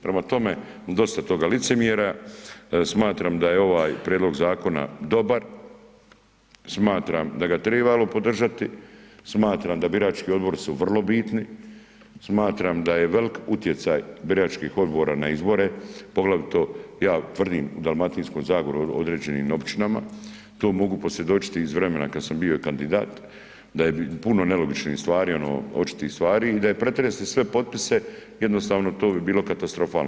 Prema tome, dosta toga licemjerja, smatram da je ovaj prijedlog zakona dobar, smatram da ga trebamo podržati, smatram da birački odbori su vrlo bitni, smatram da je velik utjecaj biračkih odbora na izbore poglavito ja tvrdim u Dalmatinskoj zagori u određenim općinama, to mogu posvjedočiti iz vremena kad sam bio i kandidat, da je puno nelogičnih stvari, ono očitih stvari i da je pretresti sve potpise, jednostavno to bi bilo katastrofalno.